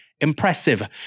impressive